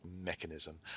mechanism